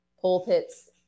Pulpits